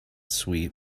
suite